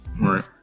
right